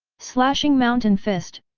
slashing mountain fist,